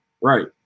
Right